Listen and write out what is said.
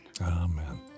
Amen